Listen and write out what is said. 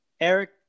Eric